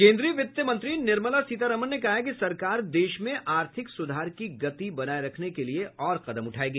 केन्द्रीय वित्त मंत्री निर्मला सीतारामन ने कहा है कि सरकार देश में आर्थिक सूधार की गति बनाए रखने के लिए और कदम उठाएगी